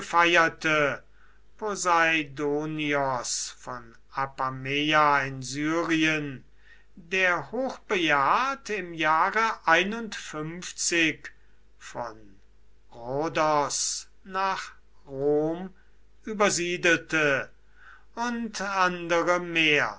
von apameia in syrien der hochbejahrt im jahre von rhodos nach rom übersiedelte und andere mehr